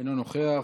אינו נוכח,